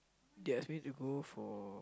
they ask me to go for